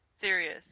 serious